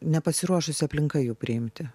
nepasiruošusi aplinka jų priimti